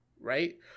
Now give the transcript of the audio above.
right